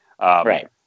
Right